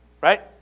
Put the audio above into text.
Right